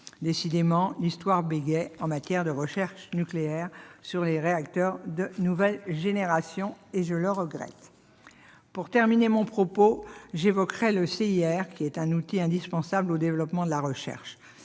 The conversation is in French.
Décidément, l'histoire bégaie en matière de recherche nucléaire sur les réacteurs de nouvelle génération, et je le regrette. Pour terminer mon propos, j'évoquerai le CIR, qui est un outil indispensable au développement de la recherche.